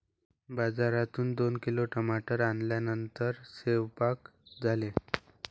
बाजारातून दोन किलो टमाटर आणल्यानंतर सेवन्पाक झाले